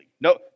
No